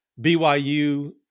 BYU